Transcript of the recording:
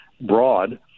broad